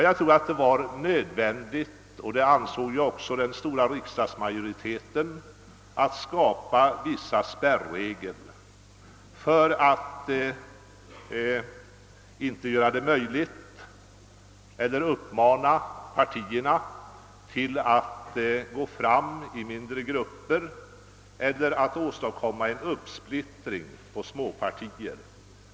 Jag tror det var nödvändigt — och det ansåg också den rätt stora riksdagsmajoriteten att införa vissa spärrregler för att inte uppmuntra partierna att gå fram i mindre grupper eller splittra sig på småpartier.